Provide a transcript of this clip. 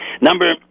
Number